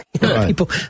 People